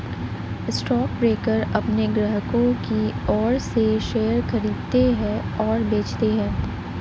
stockbroker अपने ग्राहकों की ओर से शेयर खरीदते हैं और बेचते हैं